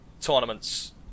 tournaments